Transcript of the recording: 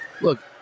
Look